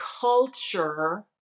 culture